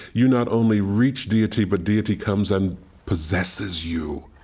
you not only reach deity, but deity comes and possesses you,